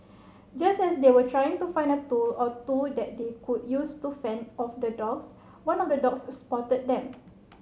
just as they were trying to find a tool or two that they could use to fend off the dogs one of the dogs spotted them